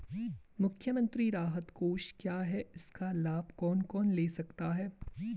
मुख्यमंत्री राहत कोष क्या है इसका लाभ कौन कौन ले सकता है?